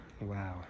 Wow